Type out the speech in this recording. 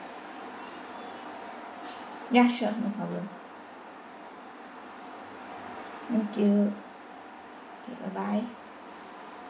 ya sure no problem thank you okay bye bye